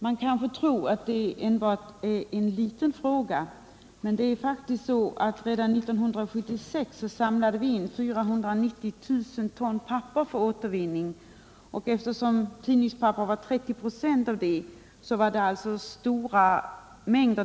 Det kanske kan förefalla som enbart en liten fråga, men det insamlades faktiskt redan 1976 490 000 ton papper för återvinning, varav 30 96 var tidningspapper. Det är alltså fråga om stora mängder.